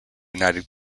united